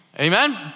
Amen